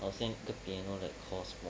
I will think 一个 piano that cost